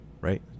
right